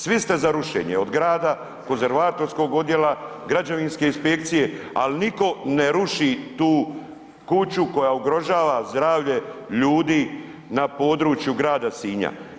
Svi ste za rušenje, od grada, konzervatorskog odjela, građevinske inspekcije, al niko ne ruši tu kuću koja ugrožava zdravlje ljudi na području grada Sinja.